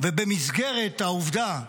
ובמסגרת העובדה,